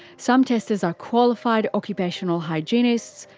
some testers are qualified occupational hygienists,